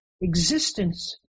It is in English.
existence